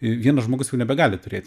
vienas žmogus jau nebegali turėti